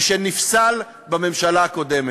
ושנפסל בממשלה הקודמת.